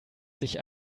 sich